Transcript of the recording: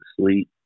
sleep